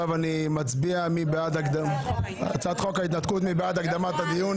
מי בעד הקדמת הדיון?